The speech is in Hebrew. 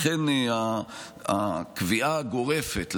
לכן הקביעה הגורפת,